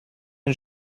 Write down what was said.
ein